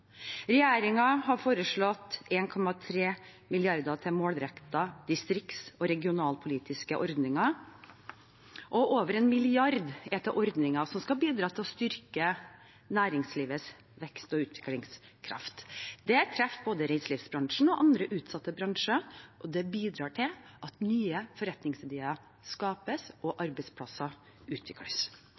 har foreslått 1,3 mrd. kr til målrettede distrikts- og regionalpolitiske ordninger. Over 1 mrd. kr er til ordninger som skal bidra til å styrke næringslivets vekst- og utviklingskraft. Det treffer både reiselivsbransjen og andre utsatte bransjer, og det bidrar til at nye forretningsideer skapes og arbeidsplasser utvikles.